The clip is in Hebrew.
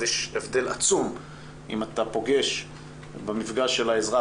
יש הבדל עצום אם אתה פוגש במפגש של האזרח